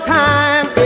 time